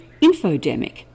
infodemic